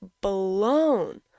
blown